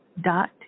dot